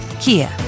Kia